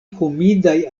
humidaj